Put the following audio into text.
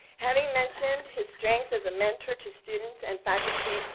having mentioned his strengths as a mentor to students and faculty,